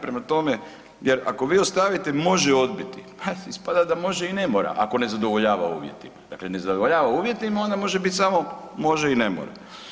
Prema tome jer ako vi ostavite može odbiti ispada da može i ne mora ako ne zadovoljava uvjetima, dakle ne zadovoljava uvjetima onda može biti samo može i ne mora.